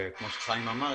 כמו שחיים אמר,